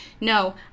no